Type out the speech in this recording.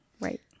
Right